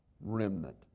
remnant